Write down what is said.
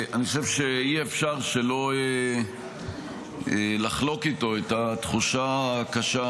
אני חושב שאי-אפשר שלא לחלוק איתו את התחושה הקשה